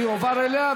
זה יועבר אליה,